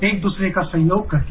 एक दूसरे का सहयोग करके